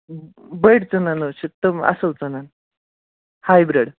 بٔڑۍ ژٕنَن حظ چھِ تِم اصل ژٕنَن ہاے بٕرٕڑ